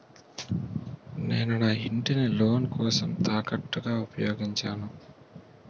నేను నా ఇంటిని లోన్ కోసం తాకట్టుగా ఉపయోగించాను